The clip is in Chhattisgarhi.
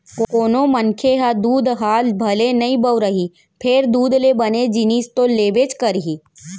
कोनों मनखे ह दूद ह भले नइ बउरही फेर दूद ले बने जिनिस तो लेबेच करही